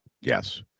yes